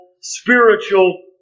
spiritual